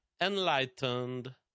enlightened